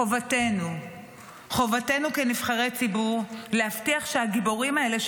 חובתנו כנבחרי ציבור להבטיח שהגיבורים האלה,